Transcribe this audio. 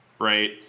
right